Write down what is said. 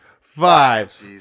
five